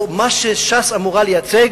או מה שש"ס אמורה לייצג,